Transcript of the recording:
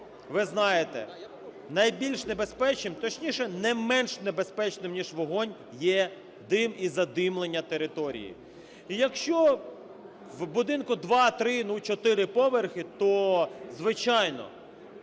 ви знаєте, найбільш небезпечним, точніше, не менш небезпечним, ніж вогонь, є дим і задимлення території. І якщо в будинку два, три, ну чотири поверхи, то звичайно,